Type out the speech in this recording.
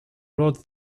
rode